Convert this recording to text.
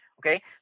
Okay